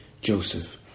Joseph